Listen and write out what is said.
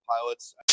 pilots